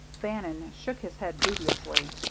bannon shook his head dubiously.